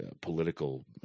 political